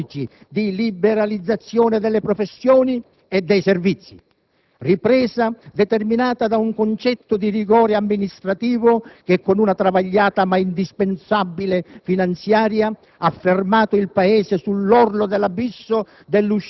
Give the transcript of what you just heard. e dai due primi veri turni, due turni storici, di liberalizzazione delle professioni e dei servizi. Ripresa determinata da un concetto di rigore amministrativo che con una travagliata ma indispensabile finanziaria